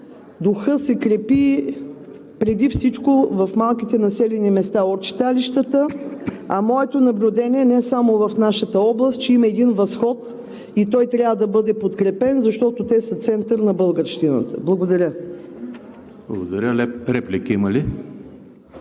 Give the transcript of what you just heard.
духът се крепи преди всичко в малките населени места от читалищата. А моето наблюдение е не само в нашата област, че има един възход и той трябва да бъде подкрепен, защото те са център на българщината. Благодаря. ПРЕДСЕДАТЕЛ